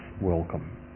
welcome